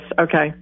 Okay